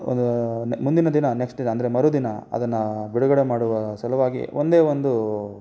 ಒಂದು ಮುಂದಿನ ದಿನ ನೆಕ್ಸ್ಟ್ ದಿನ ಅಂದರೆ ಮರುದಿನ ಅದನ್ನು ಬಿಡುಗಡೆ ಮಾಡುವ ಸಲುವಾಗಿ ಒಂದೇ ಒಂದು